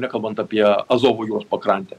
nekalbant apie azovo jūros pakrantę